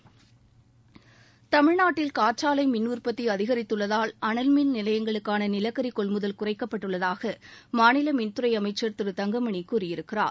காற்றாலைமின் தமிழ்நாட்டில் உற்பத்திஅதிகரித்துள்ளதால் அனல்மின் நிலையங்களுக்கானநிலக்கரிகொள்முதல் குறைக்கப்பட்டுள்ளதாகமாநிலமின்சாரத்துறைஅமைச்சர் திரு தங்கமணிகூறியிருக்கிறார்